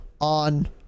on